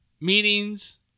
meetings